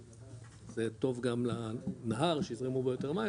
זה טוב גם לנהר שיזרמו בו יותר מים,